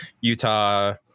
utah